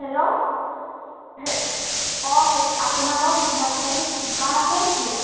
hello অঁ হেৰি আপোনাৰ বাৰু বিশ্বনাথ চাৰিআলিত দোকান আছে নেকি